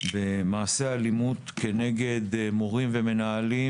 למעשי אלימות כנגד מורים ומנהלים,